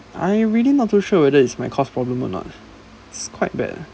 I am really not too sure whether it's my course problem or not it's quite bad